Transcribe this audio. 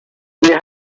they